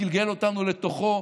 גלגל אותנו לתוכו.